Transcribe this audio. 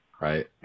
right